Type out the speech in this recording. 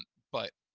but,